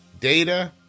Data